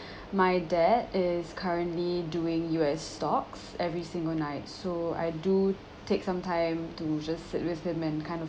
my dad is currently doing U_S stocks every single night so I do take some time to just sit with him and kind of